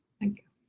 thank you.